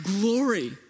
glory